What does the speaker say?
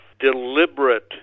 deliberate